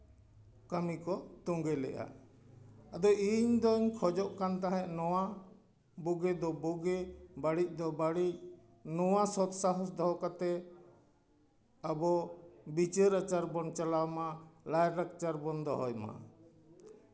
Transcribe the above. ᱚᱱᱠᱟᱱᱟᱜ ᱠᱟᱹᱢᱤ ᱠᱚ ᱛᱳᱸᱜᱮ ᱞᱮᱫᱼᱟ ᱟᱫᱚ ᱤᱧ ᱫᱚᱧ ᱠᱷᱚᱡᱚᱜ ᱠᱟᱱ ᱛᱟᱦᱮᱸᱫ ᱱᱚᱣᱟ ᱵᱩᱜᱤ ᱫᱚ ᱵᱩᱜᱤ ᱵᱟᱹᱲᱤᱡ ᱫᱚ ᱵᱟᱹᱲᱤᱡ ᱱᱚᱣᱟ ᱥᱚᱛ ᱥᱟᱦᱚᱥ ᱫᱚᱦᱚ ᱠᱟᱛᱮᱫ ᱟᱵᱚ ᱵᱤᱪᱟᱹᱨ ᱟᱪᱟᱨ ᱵᱚᱱ ᱪᱟᱞᱟᱣ ᱢᱟ ᱞᱟᱭᱼᱞᱟᱠᱪᱟᱨ ᱵᱚᱱ ᱫᱚᱦᱚᱭ ᱢᱟ